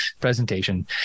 presentation